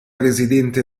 residente